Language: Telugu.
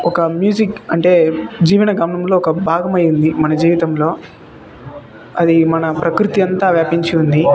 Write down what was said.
ఒక మ్యూజిక్ అంటే జీవన గమనములో ఒక భాగమయింది మన జీవితంలో అది మన ప్రకృతి అంతా వ్యాపించి ఉంది